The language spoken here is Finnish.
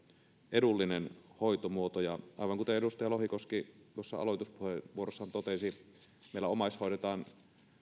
edullinen hoitomuoto ja aivan kuten edustaja lohikoski tuossa aloituspuheenvuorossaan totesi meillä omaishoidetaan